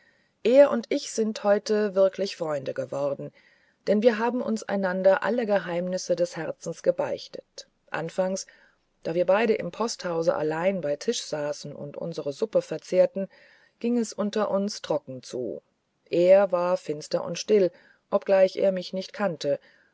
er und ich sind heute wirklich freunde geworden denn wir haben uns einander alle geheimnisse der herzen gebeichtet anfangs da wir beide im posthause allein bei tische saßen und unsere suppe verzehrten ging es unter uns trocken zu er war finster und still ob er mich gleich nicht kannte